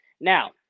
Now